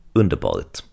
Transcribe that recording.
underbart